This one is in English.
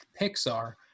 Pixar